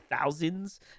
thousands